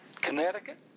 Connecticut